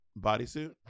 bodysuit